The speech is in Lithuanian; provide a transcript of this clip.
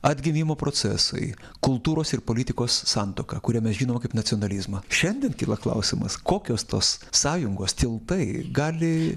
atgimimo procesai kultūros ir politikos santuoką kurią mes žinome kaip nacionalizmą šiandien kyla klausimas kokios tos sąjungos tiltai gali